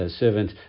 servant